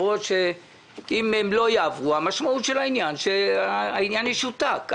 העברות שאם הן לא תעבורנה אז העניין ישותק.